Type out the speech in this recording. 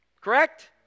correct